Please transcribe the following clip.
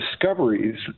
discoveries